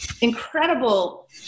incredible